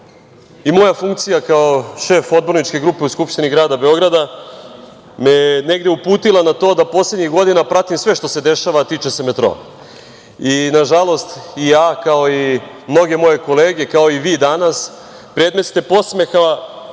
i moja funkcija kao šefa odborničke grupe u Skupštini grada Beograda me je negde uputila na to da poslednjih godina pratim sve što se dešava, a tiče se metroa. Nažalost, i ja kao i mnoge moje kolege, kao i vi danas, predmet ste podsmeha